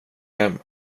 hem